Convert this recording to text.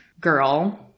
girl